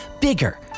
Bigger